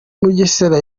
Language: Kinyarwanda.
mugesera